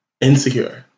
Insecure